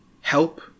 help